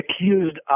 accused